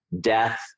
death